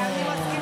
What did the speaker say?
אוקיי, אני מסכימה.